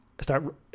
Start